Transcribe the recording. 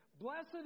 Blessed